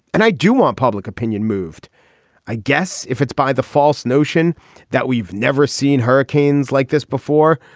and i do want public opinion moved i guess if it's by the false notion that we've never seen hurricanes like this before.